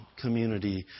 community